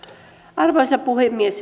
arvoisa puhemies